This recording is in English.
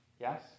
Yes